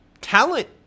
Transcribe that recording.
talent